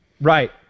Right